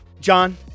john